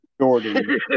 jordan